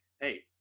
hey